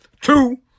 Two